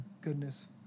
goodness